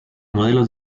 modelos